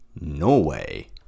Norway